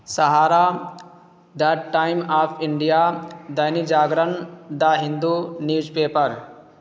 Sahara the time of India Dainik Jagran the Hindu news paper